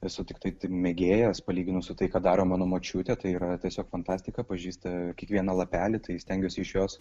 esu tiktai mėgėjas palyginus su tai ką daro mano močiutė tai yra tiesiog fantastika pažįsta kiekvieną lapelį tai stengiuosi iš jos